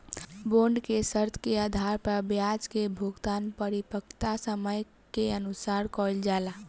bond के शर्त के आधार पर ब्याज के भुगतान परिपक्वता समय के अनुसार कईल जाला